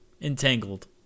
entangled